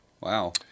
Wow